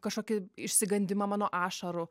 kažkokį išsigandimą mano ašarų